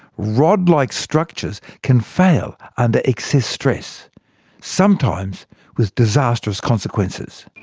rod-like structures can fail under excess stress sometimes with disastrous consequences.